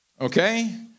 Okay